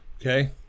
okay